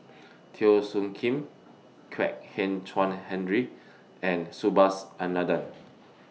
Teo Soon Kim Kwek Hian Chuan Henry and Subhas Anandan